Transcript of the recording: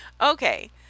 okay